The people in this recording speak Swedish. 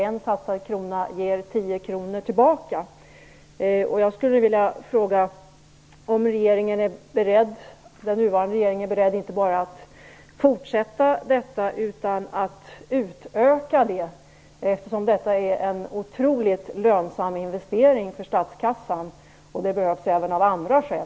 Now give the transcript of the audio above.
En satsad krona ger 10 kr tillbaka. Jag skulle vilja fråga om den nuvarande regeringen är beredd inte bara att fortsätta verksamheten utan att utöka den, eftersom det är en otroligt lönsam investering för statskassan. Det behövs naturligtvis även av andra skäl.